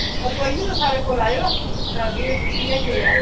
कोई नी तुस साढ़े कोल आएयो लाग्गे इ'यां केह् ऐ